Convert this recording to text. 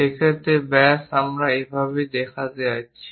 সেক্ষেত্রে ব্যাস আমরা এভাবেই দেখাতে যাচ্ছি